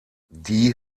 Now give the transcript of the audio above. die